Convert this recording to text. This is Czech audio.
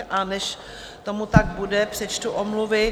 A než tomu tak bude, přečtu omluvy.